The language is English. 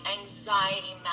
anxiety